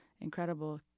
incredible